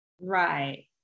Right